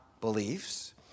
beliefs